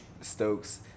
Stokes